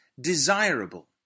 desirable